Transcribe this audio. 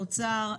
למשרד האוצר,